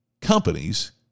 companies